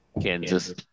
Kansas